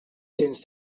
cents